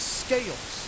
scales